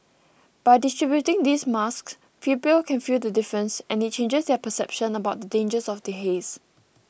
by distributing these masks people can feel the difference and it changes their perception about the dangers of the haze